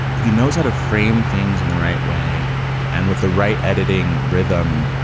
he knows how to frame things in the right way and with the right editing rhythm,